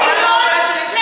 למה.